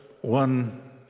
one